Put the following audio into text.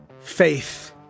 faith